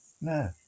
No